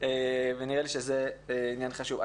ונראה לי שזה עניין חשוב.